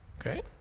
Okay